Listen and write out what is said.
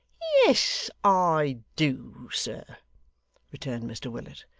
yes i do, sir returned mr willet.